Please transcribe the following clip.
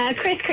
Chris